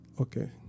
Okay